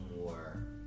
more